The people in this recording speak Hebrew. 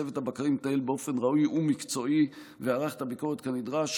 צוות הבקרים התנהל באופן ראוי ומקצועי וערך את הביקורת כנדרש.